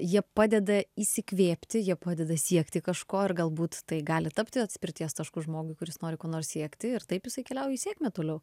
jie padeda įsikvėpti jie padeda siekti kažko ir galbūt tai gali tapti atspirties tašku žmogui kuris nori ko nors siekti ir taip jisai keliauja į sėkmę toliau